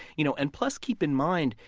you know and plus, keep in mind,